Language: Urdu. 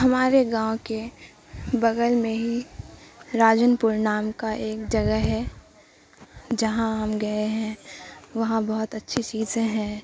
ہمارے گاؤں کے بگل میں ہی راجن پور نام کا ایک جگہ ہے جہاں ہم گئے ہیں وہاں بہت اچھی چیزیں ہیں